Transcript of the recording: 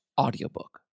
audiobook